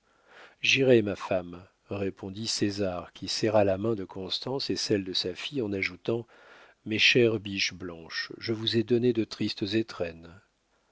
j'irai ma femme répondit césar qui serra la main de constance et celle de sa fille en ajoutant mes chères biches blanches je vous ai donné de tristes étrennes